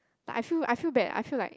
like I feel I feel bad I feel like